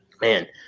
man